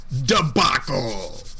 debacle